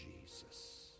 Jesus